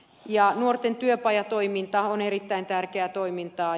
ja nuorten työpajatoiminta on erittäin tärkeää toimintaa